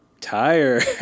tired